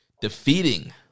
defeating